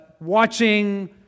watching